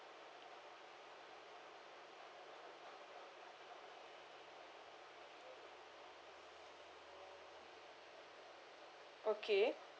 okay